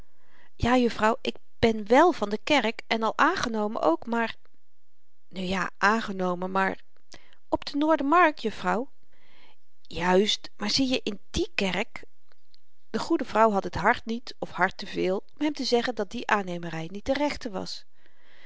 ja juffrouw ik ben wèl van de kerk en al aangenomen ook maar nu ja aangenomen maar op de noordermarkt juffrouw juist maar zie je in die kerk de goede vrouw had het hart niet of hart te veel om hem te zeggen dat die aannemery niet de rechte was